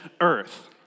earth